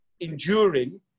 enduring